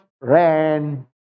ran